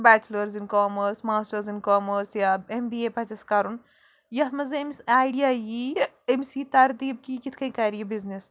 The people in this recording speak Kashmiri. bachelors in commerce masters in commerce یا اٮ۪م بی اے پَزٮ۪س کَرُن یَتھ منٛز نہٕ أمِس اَیڈِیا یی أمِس یی تَرتیٖب کہِ یہِ کِتھ کَنۍ کَرِ یہِ بِزنِس